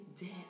dead